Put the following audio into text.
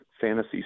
fantasy